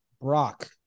Brock